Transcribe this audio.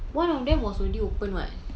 one of them was already opened [what]